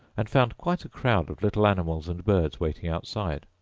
and found quite a crowd of little animals and birds waiting outside.